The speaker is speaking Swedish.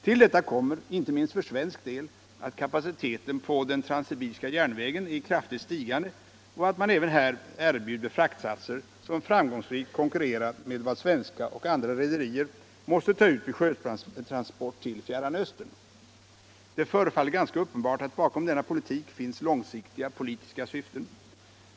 Till detta kommer inte minst för svensk del att kapaciteten på den transsibiriska järnvägen är i kraftigt stigande och att man även här erbjuder fraktsatser som framgångsrikt konkurrerar med vad svenska och andra rederier måste ta ut vid sjötransport till Fjärran Östern. Det förefaller ganska uppenbart att bakom denna politik finns långsiktiga politiska syften.